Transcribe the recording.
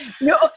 No